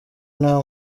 nta